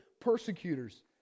persecutors